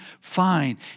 fine